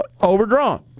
overdrawn